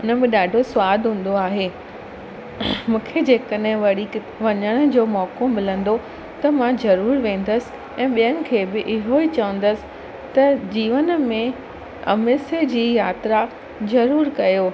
हुनमें ॾाढो स्वाद हूंदो आहे मूंखे जेकॾहिं वरी कि वञण जो मौको मिलंदो त मां ज़रूर वेंदसि ऐं ॿियनि खे बि इहो ई चवंदसि त जीवन में अमृतसर जी यात्रा ज़रूर कयो